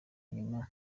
nyuma